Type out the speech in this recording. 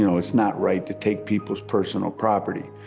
you know it's not right to take people's personal property.